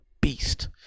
beast